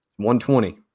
120